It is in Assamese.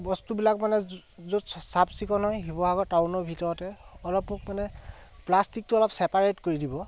বস্তুবিলাক মানে য'ত চাফ চিকুণ হয় শিৱসাগৰ টাউনৰ ভিতৰতে অলপ মোক মানে প্লাষ্টিকটো অলপ চেপাৰেট কৰি দিব